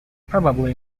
probably